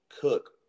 cook